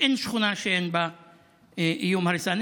אין שכונה שאין בה איום הרס.